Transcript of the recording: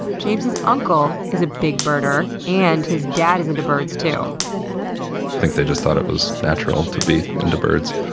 james's uncle is a big birder and his dad is into birds too. i think they just thought it was natural to be into birds.